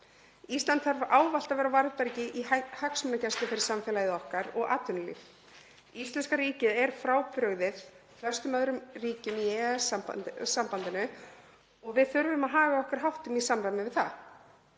Ísland þarf ávallt að vera á varðbergi í hagsmunagæslu fyrir samfélagið okkar og atvinnulíf. Íslenska ríkið er frábrugðið flestum öðrum ríkjum í EES-sambandinu og við þurfum að haga okkur háttum í samræmi við það.